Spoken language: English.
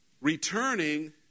returning